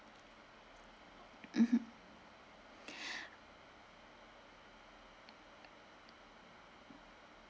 mmhmm